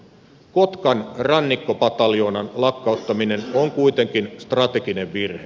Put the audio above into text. kotkan rannikkopataljoonan lakkauttaminen on kuitenkin strateginen virhe